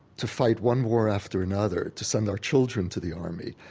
to fight one war after another, to send our children to the army,